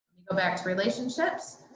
you go back to relationships.